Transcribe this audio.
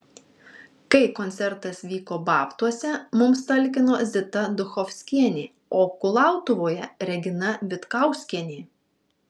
kai koncertas vyko babtuose mums talkino zita duchovskienė o kulautuvoje regina vitkauskienė